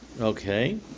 Okay